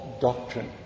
doctrine